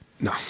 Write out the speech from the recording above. No